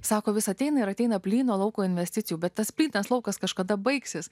sako vis ateina ir ateina plyno lauko investicijų bet tas plynas laukas kažkada baigsis